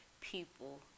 people